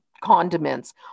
condiments